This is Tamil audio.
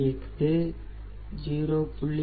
8 0